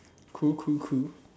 cool cool cool